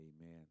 Amen